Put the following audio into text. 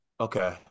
Okay